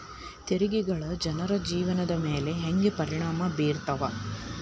ತೆರಿಗೆಗಳ ಜನರ ಜೇವನದ ಮ್ಯಾಲೆ ಹೆಂಗ ಪರಿಣಾಮ ಬೇರ್ತವ